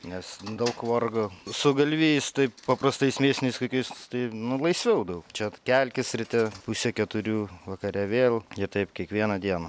nes daug vargo su galvijais taip paprastais mėsiniais kokiais tai nu laisviau daug čia kelkis ryte pusę keturių vakare vėl jie taip kiekvieną dieną